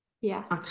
Yes